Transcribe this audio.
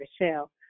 Michelle